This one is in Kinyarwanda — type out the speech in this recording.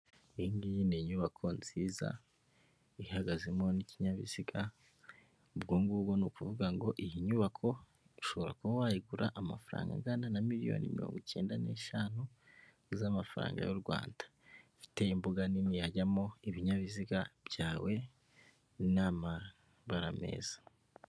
Iyi ngiyi ni inyubako nziza, ihagazemo n'ikinyabiziga, ubwo ngubwo ni ukuvuga ngo iyi nyubako ushobora kuba wayigura amafaranga angana na miliyoni mirongo icyenda n'eshanu z'amafaranga y'u Rwanda, ifite imbuga nini yajyamo ibinyabiziga byawe n'amabara meza.